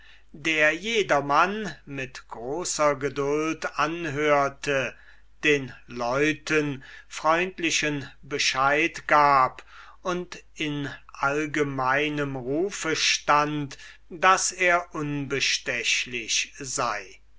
der jedermann mit großer geduld anhörte den leuten freundlichen bescheid gab und im allgemeinen ruf stund daß er unbestechlich sei